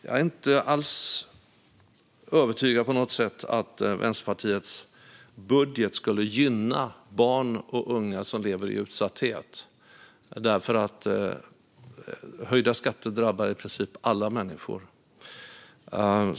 Jag är därför inte alls övertygad på något sätt om att Vänsterpartiets budget skulle gynna barn och unga som lever i utsatthet. Höjda skatter drabbar nämligen i princip alla människor.